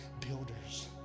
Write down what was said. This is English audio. builders